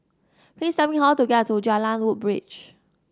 please tell me how to get to Jalan Woodbridge